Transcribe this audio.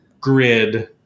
grid